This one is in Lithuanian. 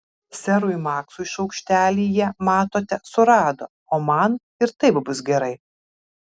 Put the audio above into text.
serui maksui šaukštelį jie matote surado o man ir taip bus gerai